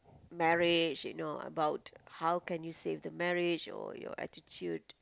marriage you know about how can you save the marriage or your attitude